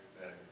better